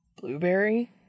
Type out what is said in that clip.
Blueberry